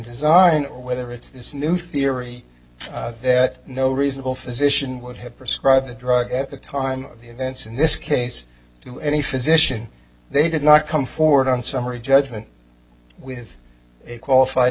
design or whether it's new theory that no reasonable physician would have prescribed the drug at the time of the events in this case to any physician they did not come forward on summary judgment with a qualified